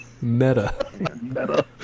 Meta